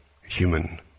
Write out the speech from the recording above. human